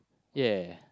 ya